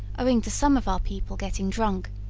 owing to some of our people getting drunk,